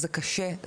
זה קשה,